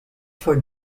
for